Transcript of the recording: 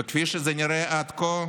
וכפי שזה נראה עד כה,